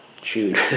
chewed